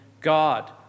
God